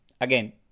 again